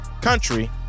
country